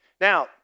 Now